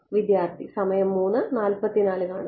വിദ്യാർത്ഥി സമയം 0344 കാണുക